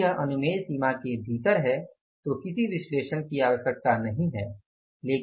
यदि यह अनुमेय सीमा के भीतर है तो किसी विश्लेषण की आवश्यकता नहीं है